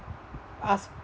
us